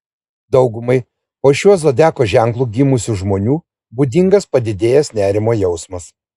daugumai po šiuo zodiako ženklu gimusių žmonių būdingas padidėjęs nerimo jausmas